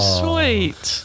sweet